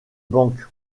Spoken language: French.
banque